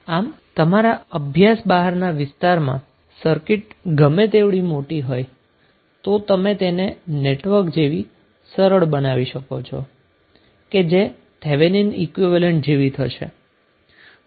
આમ તમારા અભ્યાસની બહારના વિસ્તારમાં સર્કિટ ગમે તેવડી મોટી હોય તો તમે તેને નેટવર્ક જેવી સરળ બનાવી શકો છો કે જે થેવેનિન ઈક્વીવેલેન્ટ જેવી થશે